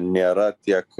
nėra tiek